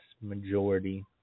majority